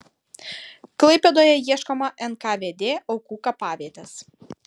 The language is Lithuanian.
klaipėdoje ieškoma nkvd aukų kapavietės